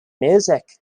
music